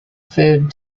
food